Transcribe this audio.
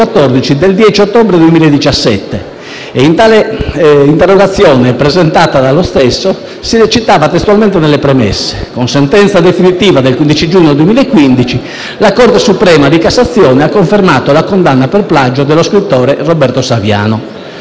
del 10 ottobre 2017. In tale interrogazione, presentata dallo stesso, si recitava testualmente nelle premesse: «Con sentenza definitiva del 15 giugno 2015 la Corte suprema di Cassazione ha confermato la condanna per plagio dello scrittore Roberto